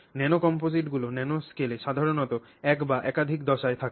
nano কমপোজিটগুলি ন্যানোস্কেলে সাধারণত এক বা একাধিক দশায় থাকে